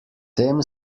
tem